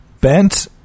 bent